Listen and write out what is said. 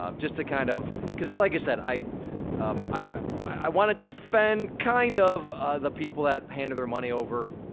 um just to kind of, cause like i said, i um i wanna defend kind of the people that handed their money over.